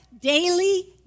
daily